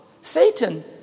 Satan